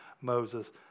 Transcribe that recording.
Moses